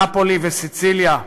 נאפולי וסיציליה.